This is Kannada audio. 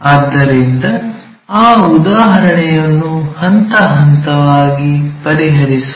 ಆದ್ದರಿಂದ ಆ ಉದಾಹರಣೆಯನ್ನು ಹಂತ ಹಂತವಾಗಿ ಪರಿಹರಿಸೋಣ